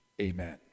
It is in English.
Amen